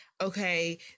okay